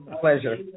Pleasure